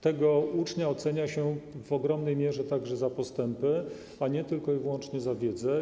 Tego ucznia ocenia się w ogromnej mierze także za postępy, a nie tylko i wyłącznie za wiedzę.